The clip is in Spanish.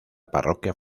parroquia